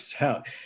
out